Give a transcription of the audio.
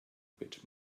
bit